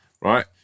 right